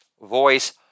voice